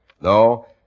No